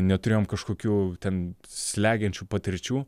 neturėjom kažkokių ten slegiančių patirčių